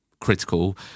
critical